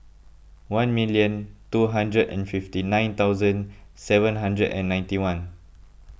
one million two hundred and fifty nine thousand seven hundred and ninety one